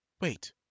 Wait